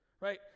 Right